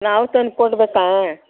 ನಾವು ತಂದು ಕೊಡಬೇಕಾ